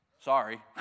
sorry